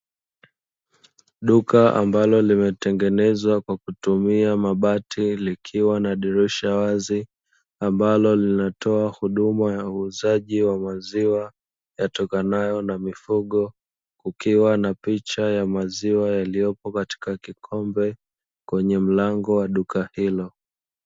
Duka ambalo limetengenezwa kwa kutumia mabati likiwa na dirisha wazi ambalo linatoa huduma ya uuzaji wa maziwa yatokanayo na mifugo, kukiwa na picha ya maziwa yaliyopo katika kikombe kwenye mlango wa duka hilo.